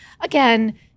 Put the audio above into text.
again